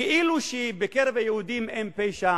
כאילו שבקרב היהודים אין פשע,